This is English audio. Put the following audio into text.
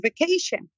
vacation